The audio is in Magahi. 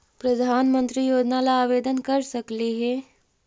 प्रधानमंत्री योजना ला आवेदन कर सकली हे?